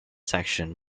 section